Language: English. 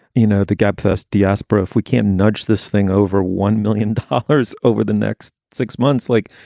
you know, the gabfests diaspora if we can't nudge this thing over one million dollars over the next six months, like.